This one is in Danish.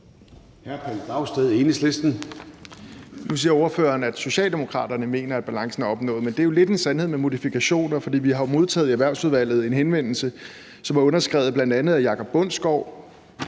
Nu siger ordføreren, at Socialdemokraterne mener, at balancen er opnået. Men det er jo lidt en sandhed med modifikationer, for vi har jo i Erhvervsudvalget modtaget en henvendelse, som er underskrevet af bl.a. Jacob Bundsgaard,